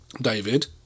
David